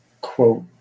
quote